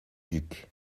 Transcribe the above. duc